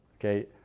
okay